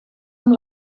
amb